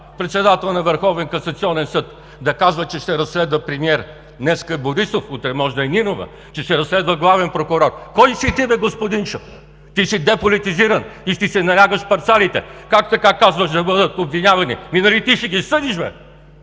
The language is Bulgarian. касационен съд да казва, че ще разследва премиер, днес Борисов, утре може да е Нинова, че ще разследва главен прокурор!? Кой си ти бе, господинчо? Ти си деполитизиран и ще си налягаш парцалите! Как така казваш да бъдат обвинявани?! Ами нали ти ще ги съдиш бе?!